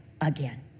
again